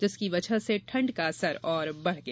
जिसकी वजह से ठंड का असर और बढ़ गया